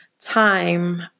time